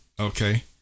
Okay